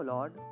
Lord